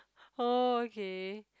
oh okay